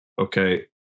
okay